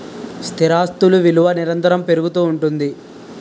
స్థిరాస్తులు విలువ నిరంతరము పెరుగుతూ ఉంటుంది